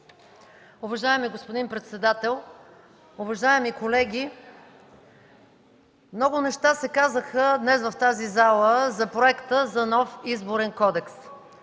Уважаеми господин председател, уважаеми колеги! Много неща се казаха днес в тази зала за Проекта за нов Изборен кодекс.